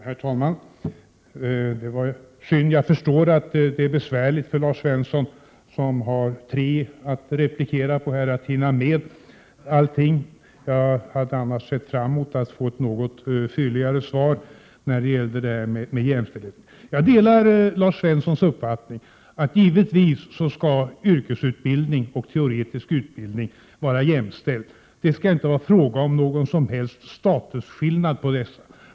Herr talman! Jag förstår att det är besvärligt för Lars Svensson, som har tre motdebattörer att replikera, att hinna med allt. Jag hade annars sett fram mot att få ett något fylligare svar beträffande jämställdhet. Jag delar Lars Svenssons uppfattning att yrkesutbildning och teoretisk utbildning självfallet skall vara jämställda. Det skall inte vara fråga om någon som helst statusskillnad.